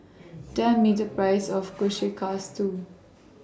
Tell Me The Price of Kushikatsu